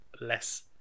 less